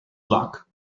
luck